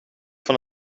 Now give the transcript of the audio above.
van